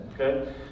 Okay